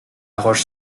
roche